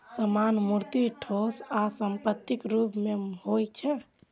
सामान मूर्त, ठोस आ संपत्तिक रूप मे होइ छै